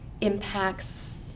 impacts